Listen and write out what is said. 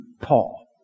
Paul